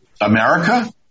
America